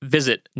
Visit